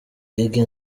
gigi